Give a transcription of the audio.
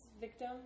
victim